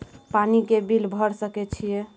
पानी के बिल भर सके छियै?